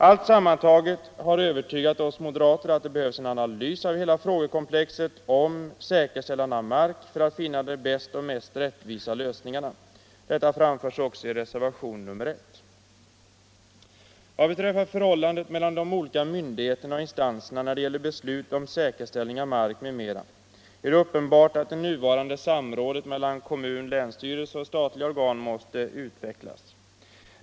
Allt sammantaget har övertygat oss moderater om att det behövs en analys av hela frågekomplexet om säkerställande av mark för att finna de bästa och mest rättvisa lösningarna. Detta framförs också i reservationen 1 vid civilutskottets betänkande nr 1. Vad beträffar förhållandet mellan de olika myndigheterna och instanserna när det gäller beslut om säkerställande av mark m.m. är det uppenbart att det nuvarande samrådet kommun-länsstyrelse och statliga organ måste utvecklas.